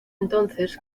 entonces